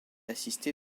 assisté